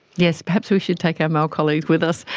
yes, perhaps we should take our male colleagues with us,